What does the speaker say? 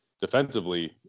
defensively